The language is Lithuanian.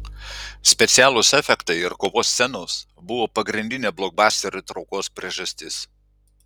specialūs efektai ir kovos scenos buvo pagrindinė blokbasterio traukos priežastis